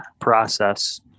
process